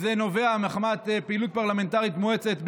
זה נובע מפעילות פרלמנטרית מואצת,